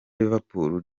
liverpool